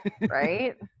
Right